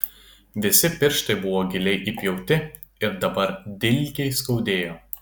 visi pirštai buvo giliai įpjauti ir dabar dilgiai skaudėjo